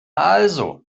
also